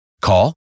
Call